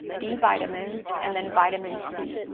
b vitamins, and then vitamin c.